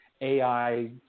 AI